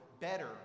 better